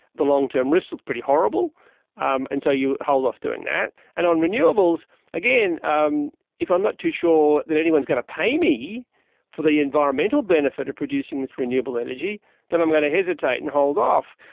the long term risks look pretty horrible um and so you hold off doing that. and on renewables again um if i'm not too sure that anyone's going to pay me for the environmental benefit of producing that renewable energy then i'm going to hesitate and hold off.